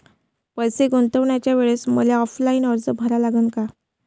पैसे गुंतवाच्या वेळेसं मले ऑफलाईन अर्ज भरा लागन का?